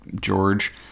George